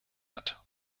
hat